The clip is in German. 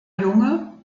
junge